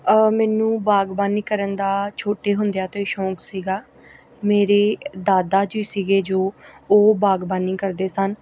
ਮੈਨੂੰ ਬਾਗਬਾਨੀ ਕਰਨ ਦਾ ਛੋਟੇ ਹੁੰਦਿਆਂ ਤੋਂ ਹੀ ਸ਼ੌਂਕ ਸੀਗਾ ਮੇਰੇ ਦਾਦਾ ਜੀ ਸੀਗੇ ਜੋ ਉਹ ਬਾਗਬਾਨੀ ਕਰਦੇ ਸਨ